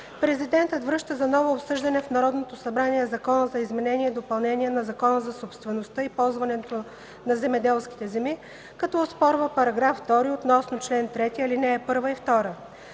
Президентът връща за ново обсъждане в Народното събрание Закона за изменение и допълнение на Закона за собствеността и ползването на земеделските земи, като оспорва § 2 относно чл. 3в, ал. 1 и 2.